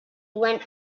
went